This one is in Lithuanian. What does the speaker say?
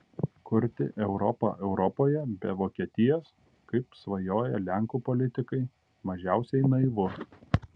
kurti europą europoje be vokietijos kaip svajoja lenkų politikai mažiausiai naivu